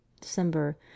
December